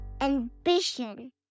ambition